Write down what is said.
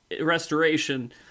restoration